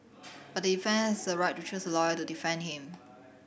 but the defendant has a right to choose a lawyer to defend him